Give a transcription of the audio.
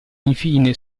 infine